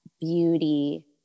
beauty